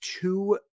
two